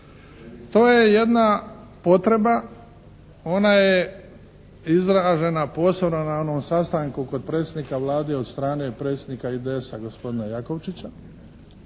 To je jedna potreba, ona je izražena posebno na onom sastanku kod predsjednika Vlade i od strane predsjednika IDS-a, gospodina Jakovčića